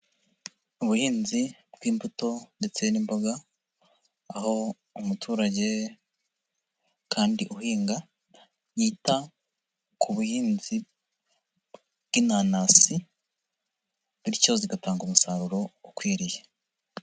Ubuhinzi bw'imbuto ndetse n'imboga, aho umuturage kandi uhinga, yita ku buhinzi bw'inanasi bityo zigatanga umusaruro ukwiriye.